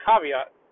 caveat